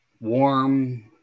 warm